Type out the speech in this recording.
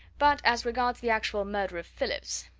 but as regards the actual murder of phillips